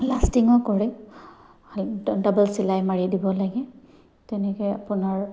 লাষ্টিঙো কৰে ডাবল চিলাই মাৰি দিব লাগে তেনেকে আপোনাৰ